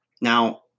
Now